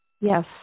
Yes